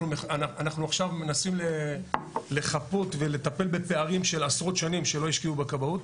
אנחנו עכשיו מנסים לחפות ולטפל בפערים של עשרות שנים שלא השקיעו בכבאות,